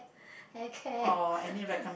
hair care